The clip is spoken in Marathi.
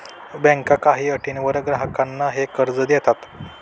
बँका काही अटींवर ग्राहकांना हे कर्ज देतात